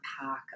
pack